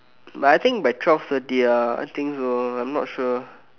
but I think by twelve thirty ah I think so I'm not sure